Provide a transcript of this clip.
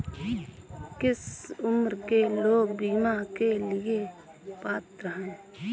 किस उम्र के लोग बीमा के लिए पात्र हैं?